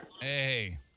Hey